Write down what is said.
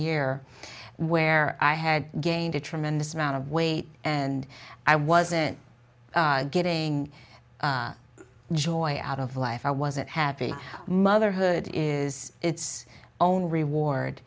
year where i had gained a tremendous amount of weight and i wasn't getting joy out of life i wasn't happy motherhood is its own reward